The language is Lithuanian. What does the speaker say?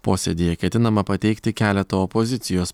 posėdyje ketinama pateikti keletą opozicijos